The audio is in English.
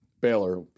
Baylor